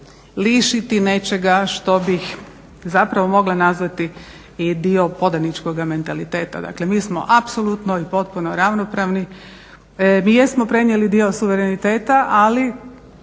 lišiti nečega što bih zapravo mogla nazvati i dio podaničkoga mentaliteta, dakle mi smo apsolutno i potpuno ravnopravni. Mi jesmo prenijeli dio suvereniteta, ali